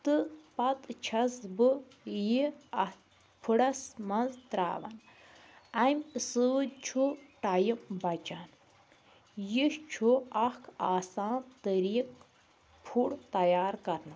تہٕ پتہٕ چھَس بہٕ یہِ اَتھ فُڈَس منٛز ترٛاوان اَمہِ سۭتۍ چھُ ٹایِم بَچان یہِ چھُ اَکھ آسان طریٖقہٕ فُڈ تیار کَرنُک